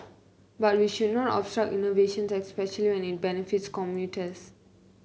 but we should not obstruct innovation especially when it benefits commuters